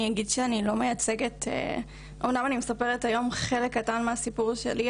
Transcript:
אני אגיד שאמנם אני מספרת היום חלק קטן מהסיפור שלי,